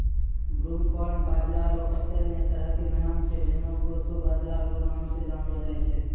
broomcorn बाजरा रो कत्ते ने तरह के नाम छै जेना प्रोशो बाजरा रो नाम से जानलो जाय छै